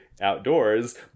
outdoors